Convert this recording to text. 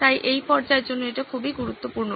তাই এই পর্যায়ের জন্য এটি খুবই গুরুত্বপূর্ণ